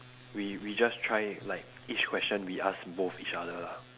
we we just try like each question we ask both each other lah